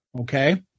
okay